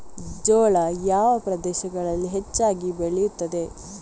ಜೋಳ ಯಾವ ಪ್ರದೇಶಗಳಲ್ಲಿ ಹೆಚ್ಚಾಗಿ ಬೆಳೆಯುತ್ತದೆ?